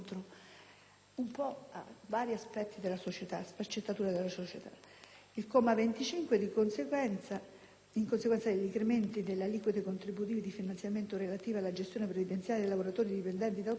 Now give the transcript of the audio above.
di intervenire e di venire incontro a varie parti della società. Il comma 25, in conseguenza degli incrementi delle aliquote contributive di finanziamento relative alle gestioni previdenziali dei lavoratori dipendenti ed autonomi,